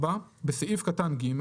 בסעיף קטן (ג),